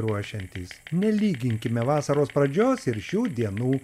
ruošiantys nelyginkime vasaros pradžios ir šių dienų